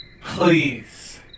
Please